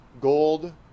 gold